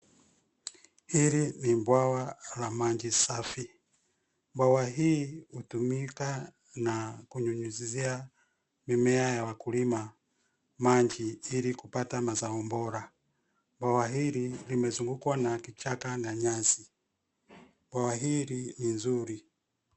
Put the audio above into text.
Hili ni bwawa la maji safi. Bwawa hii hutumika na kunyunyuzia mimea ya wakulima maji ili kupata mazao bora. Bwawa hili limezungukwa na kichaka na nyasi. Bwawa hili ni nzuri.